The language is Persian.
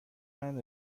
منو